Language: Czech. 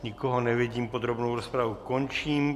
Nikoho nevidím, podrobnou rozpravu končím.